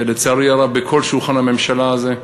שלצערי הרב, בכל שולחן הממשלה הזה,